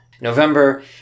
November